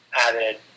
Added